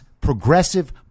progressive